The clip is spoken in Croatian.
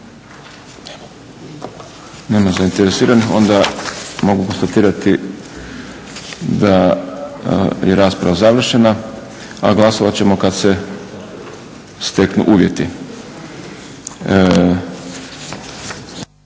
Nema zainteresiranih. Onda mogu konstatirati da je rasprava završena, a glasovat ćemo kada se steknu uvjeti.